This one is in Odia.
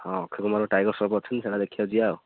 ହଁ ଅକ୍ଷୟ କୁମାର ଟାଇଗର୍ ସ୍ରଫ୍ ଅଛନ୍ତି ସେଇଟା ଦେଖିବାକୁ ଯିବା ଆଉ